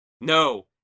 No